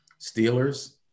Steelers